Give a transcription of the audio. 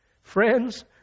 Friends